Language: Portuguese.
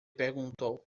perguntou